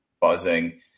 buzzing